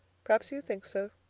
perhaps you think so.